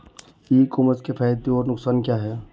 ई commerce के फायदे और नुकसान क्या हैं?